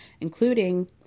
including